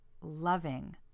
loving